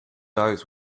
eyes